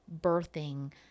birthing